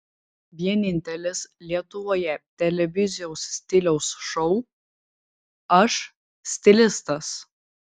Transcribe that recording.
vienintelis lietuvoje televizijos stiliaus šou aš stilistas